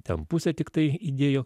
ten pusę tiktai idėjo